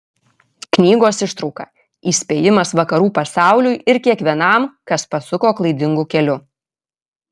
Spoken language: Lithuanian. knygos ištrauka įspėjimas vakarų pasauliui ir kiekvienam kas pasuko klaidingu keliu